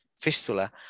fistula